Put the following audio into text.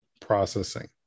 processing